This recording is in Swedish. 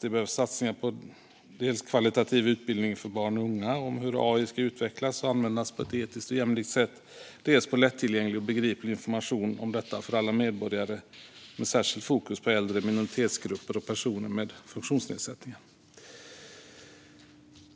Det behövs satsningar dels på högkvalitativ utbildning för barn och unga om hur AI ska utvecklas och användas på ett etiskt och jämlikt sätt, dels på lättillgänglig och begriplig information om detta för alla medborgare med särskilt fokus på äldre, minoritetsgrupper och personer med funktionsnedsättningar.